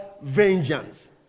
Vengeance